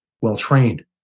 well-trained